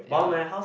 ya